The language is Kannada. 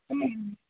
ಹ್ಞ್